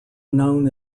known